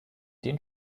den